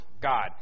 God